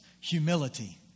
humility